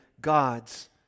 God's